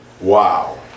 Wow